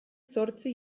zortzi